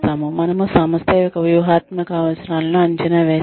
మనము సంస్థ యొక్క వ్యూహాత్మక అవసరాలను అంచనా వేస్తాము